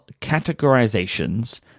categorizations